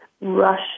rush